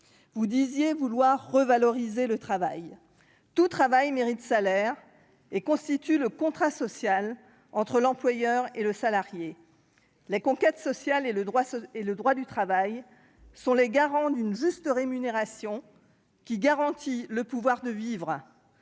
Vous disiez vouloir revaloriser le travail. Or tout travail mérite salaire : c'est le contrat social entre l'employeur et le salarié. Les conquêtes sociales et le droit du travail garantissent une juste rémunération qui assure le pouvoir de vivre,